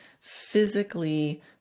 physically